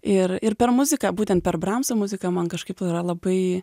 ir ir per muziką būtent per bramso muziką man kažkaip yra labai